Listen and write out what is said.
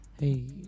Hey